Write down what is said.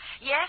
Yes